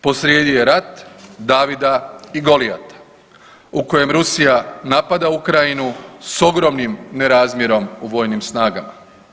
Posrijedi je rat Davida i Golijata u kojem Rusija napada Ukrajinu s ogromnim nerazmjerom u vojnim snagama.